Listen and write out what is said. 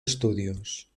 estudios